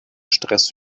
stress